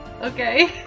okay